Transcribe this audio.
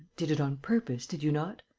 did it on purpose, did you not?